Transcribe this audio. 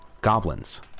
goblins